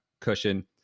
cushion